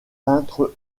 peintre